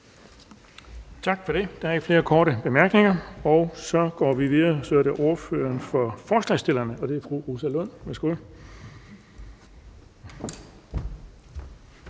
Tak for det. Der er ikke flere korte bemærkninger, så vi går videre til ordføreren for forslagsstillerne, og det er fru Rosa Lund. Værsgo.